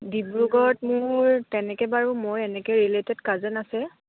ডিব্ৰুগড়ত মোৰ তেনেকে বাৰু মোৰ এনেকে ৰিলেটেড কাজেন আছে